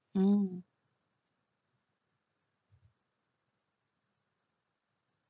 oh